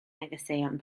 negeseuon